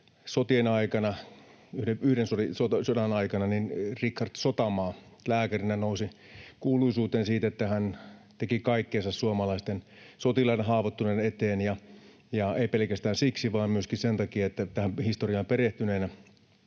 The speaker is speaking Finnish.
yhden sodan aikana, Rikhard Sotamaa lääkärinä nousi kuuluisuuteen siitä, että hän teki kaikkensa suomalaisten sotilaiden, haavoittuneiden, eteen. Ja en puhu tästä pelkästään siksi vaan myöskin sen takia, että tähän historiaan perehtyneenä